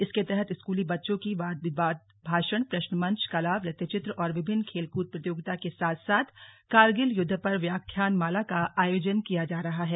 इसके तहत स्कूली बच्चों की वाद विवाद भाषण प्रश्न मंच कला वृत्तचित्र और विभिन्न खेलकूद प्रतियोगिता के साथ साथ कारगिल युद्ध पर व्याख्यान माला का आयोजन किया जा रहा हैं